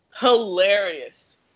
Hilarious